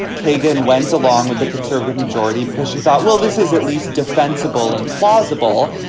kagan went along with a conservative majority because she thought, well, this is at least defensible and plausible.